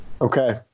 Okay